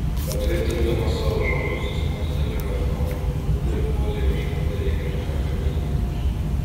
patvirtindamas savo žodžius jis mostelėjo atominiu pjūklu ir puolė ieškoti reikiamo mechanizmo